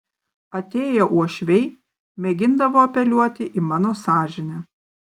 atėję uošviai mėgindavo apeliuoti į mano sąžinę